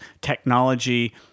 technology